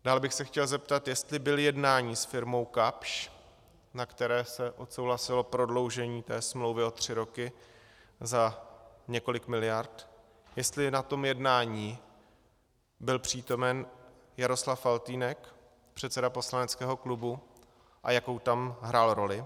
Dále bych se chtěl zeptat, jestli byl jednání s firmou Kapsch, na které se odsouhlasilo prodloužení té smlouvy o tři roky za několik miliard, jestli na tom jednání byl přítomen Jaroslav Faltýnek, předseda poslaneckého klubu, a jakou tam hrál roli.